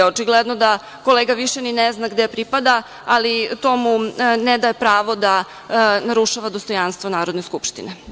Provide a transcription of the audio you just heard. Očigledno da kolega više i ne zna gde pripada, ali to mu ne da pravo da narušava dostojanstvo Narodne skupštine.